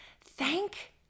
thank